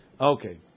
Okay